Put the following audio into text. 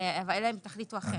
אלא אם תחליטו אחרת.